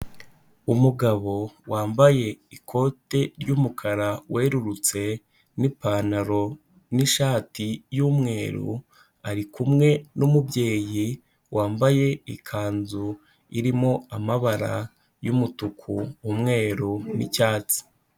Umugabo wambaye ikote ry'umukara werurutse n'ipantaro n'ishati y'umweru, ari kumwe n'umubyeyi wambaye ikanzu irimo amabara y'umutuku, umweru n'icyatsi.